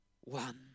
one